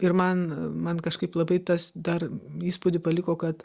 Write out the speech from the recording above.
ir man man kažkaip labai tas dar įspūdį paliko kad